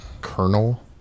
kernel